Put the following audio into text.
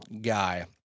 guy